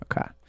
okay